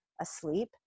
asleep